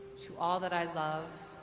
to all that i love,